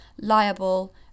liable